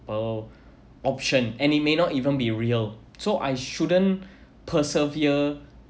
~ble option and it may not even be real so I shouldn't persevere